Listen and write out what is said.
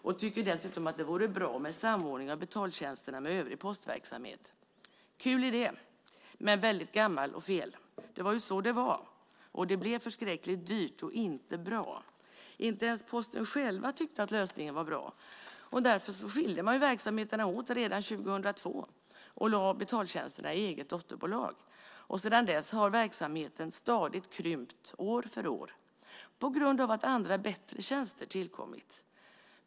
De tycker dessutom att det vore bra med en samordning av betaltjänsterna med övrig postverksamhet. Kul idé, men väldigt gammal och fel. Det var ju så det var, och det blev förskräckligt dyrt och inte bra. Inte ens Posten själv tyckte att lösningen var bra. Därför skilde man verksamheterna åt redan 2002 och lade betaltjänsterna i eget dotterbolag. Sedan dess har verksamheten stadigt krympt år för år på grund av att andra bättre tjänster tillkommit.